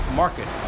market